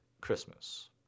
Christmas